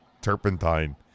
turpentine